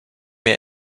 mehr